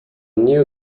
knew